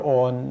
on